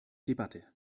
debatte